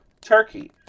turkey